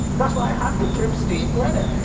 that's why i have to give steve credit.